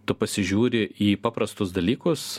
tu pasižiūri į paprastus dalykus